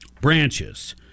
branches